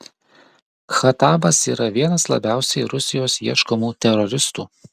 khatabas yra vienas labiausiai rusijos ieškomų teroristų